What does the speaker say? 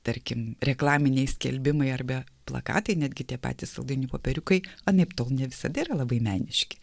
tarkim reklaminiai skelbimai arba plakatai netgi tie patys saldainių popieriukai anaiptol ne visada yra labai meniški